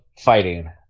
fighting